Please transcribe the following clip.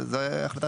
בכנסת, זו ההחלטה.